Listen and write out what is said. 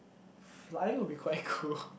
flying will be quite cool